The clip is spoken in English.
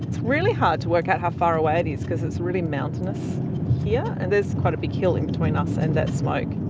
it's really hard to work out how far away it is because its really mountainous here yeah and there's quite a big hill in between us and that smoke.